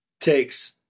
takes